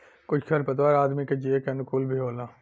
कुछ खर पतवार आदमी के जिये के अनुकूल भी होला